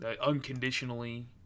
unconditionally